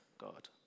God